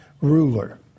ruler